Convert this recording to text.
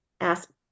ask